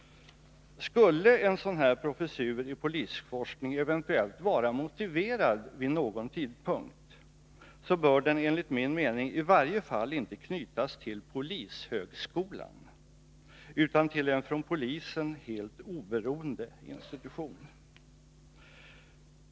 Skulle en professur i polisforskning eventuellt vid någon tidpunkt vara motiverad, bör den enligt min mening i varje fall inte knytas till polishögskolan utan till en av polisen oberoende institution.